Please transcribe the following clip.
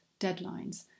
deadlines